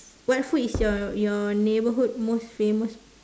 what food is your your neighbourhood most famous for